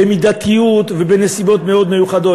במידתיות ובנסיבות מאוד מיוחדות.